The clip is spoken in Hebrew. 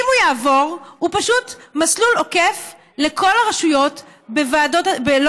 אם הוא יעבור הוא פשוט מסלול עוקף לכל הרשויות ברישוי